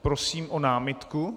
Prosím o námitku.